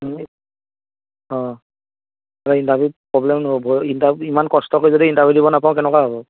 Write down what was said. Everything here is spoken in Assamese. অঁ তাৰপৰা ইণ্টাৰভিউত প্ৰব্লেম নহ'ব ইণ্টাৰভিউ ইমান কষ্ট কৰি যদি ইণ্টাৰভিউ দিব নাপাওঁ কেনেকুৱা হ'ব